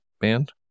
band